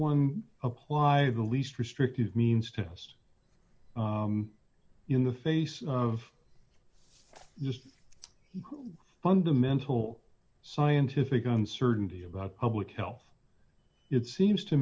have the least restrictive means to us in the face of just fundamental scientific uncertainty about public health it seems to